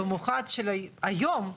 במיוחד היום,